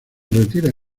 retira